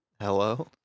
Hello